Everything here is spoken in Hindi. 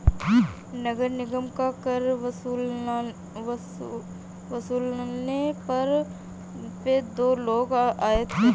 नगर निगम का कर वसूलने घर पे दो लोग आए थे